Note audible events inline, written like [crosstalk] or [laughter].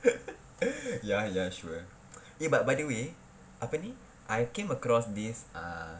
[laughs] ya ya sure eh but by the way I came across this ah